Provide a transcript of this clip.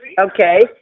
Okay